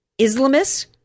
Islamists